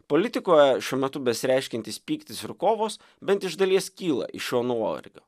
politikoje šiuo metu besireiškiantis pyktis ir kovos bent iš dalies kyla iš šio nuovargio